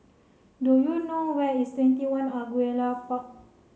do you know where is TwentyOne Angullia Park